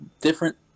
different